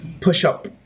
push-up